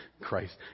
Christ